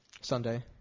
Sunday